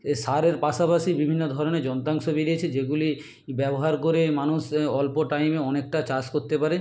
এ সারের পাশাপাশি বিভিন্ন ধরনের যন্ত্রাংশ বেরিয়েছে যেগুলি ব্যবহার করে মানুষ অল্প টাইমে অনেকটা চাষ করতে পারে